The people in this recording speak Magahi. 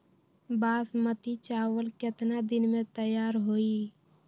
बासमती चावल केतना दिन में तयार होई?